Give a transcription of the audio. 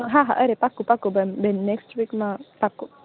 હા હા અરે પાકું પાકું બેન નેક્સ્ટ વીકમાં પાકું